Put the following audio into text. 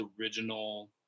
original